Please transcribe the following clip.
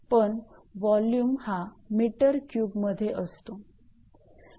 पण वोल्युम हा metre cube मध्ये असतो